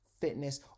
fitness